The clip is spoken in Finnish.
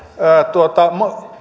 tuota